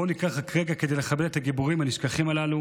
בואו ניקח רק רגע כדי לכבד את הגיבורים הנשכחים הללו.